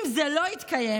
אם זה לא יתקיים,